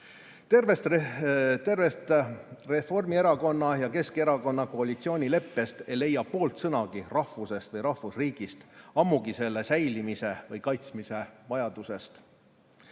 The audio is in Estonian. Tervest Reformierakonna ja Keskerakonna koalitsioonileppest ei leia poolt sõnagi rahvusest või rahvusriigist, ammugi mitte selle säilimise või kaitsmise vajadusest.